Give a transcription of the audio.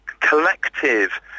collective